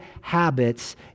habits